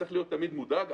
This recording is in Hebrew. צריך להיות תמיד מודאג,